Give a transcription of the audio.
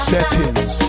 Settings